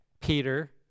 Peter